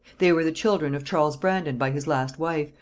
they were the children of charles brandon by his last wife,